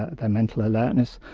their mental alertness,